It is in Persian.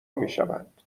میشوند